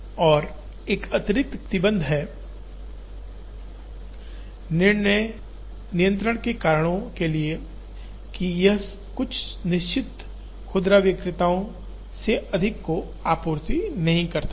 और एक अतिरिक्त प्रतिबंध है नियंत्रण के कारणों के लिए कि यह कुछ निश्चित खुदरा विक्रेताओं से अधिक को आपूर्ति नहीं करता है